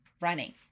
running